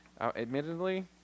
Admittedly